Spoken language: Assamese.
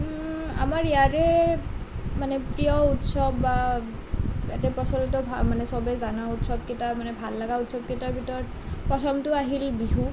আমাৰ ইয়াৰে মানে প্ৰিয় উৎসৱ বা ইয়াতে প্ৰচলিত ভা মানে চবে জানাৰ উৎসৱ কেইটা মানে ভাল লগা উৎসৱ কেইটাৰ ভিতৰত প্ৰথমতো আহিল বিহু